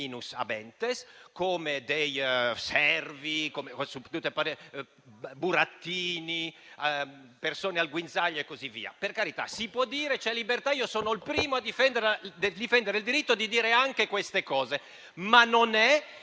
come dei burattini, come persone al guinzaglio e così via. Per carità, si può dire, c'è libertà, io sono il primo a difendere il diritto di dire anche queste cose, ma non è